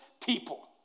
people